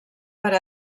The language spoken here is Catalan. per